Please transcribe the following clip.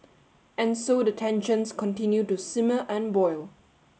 and so the tensions continue to simmer and boil